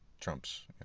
Trump's